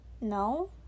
No